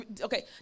okay